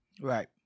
Right